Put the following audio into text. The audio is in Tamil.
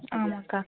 ஆமாக்கா